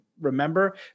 remember